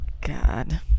God